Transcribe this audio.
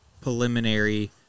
preliminary